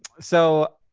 so